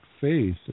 faith